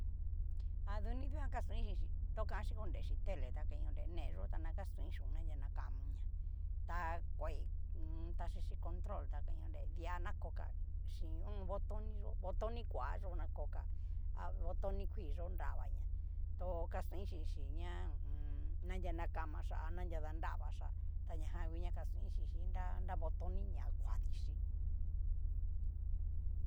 Aduni dikan kastoin chinchi, tó kanxhi konrexi tele ta kain onre neyó ta na kastoin xhion anria nakamonña, ta kuai taxixi control, ta kain ore dia nakokoa shin botoni yó botoni koa yó nakokoa, a botoni kuii yó nravaña to kaston xhínxhí ña ho o on. anria nakachia ana ña nravaxia, ta ña jan ngu ña kastoin xinxhí ña ña botoniña kuadichí.